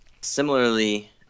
Similarly